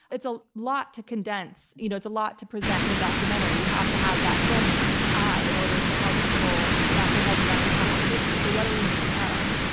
it's a lot to condense. you know, it's a lot to present in a documentary. you have to have that filmmaking eye in order to help people wrap their heads around this complex issue. so, what are we missing out on?